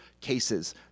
cases